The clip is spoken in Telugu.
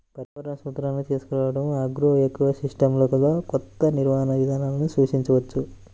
పర్యావరణ సూత్రాలను తీసుకురావడంఆగ్రోఎకోసిస్టమ్లోకొత్త నిర్వహణ విధానాలను సూచించవచ్చు